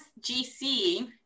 GC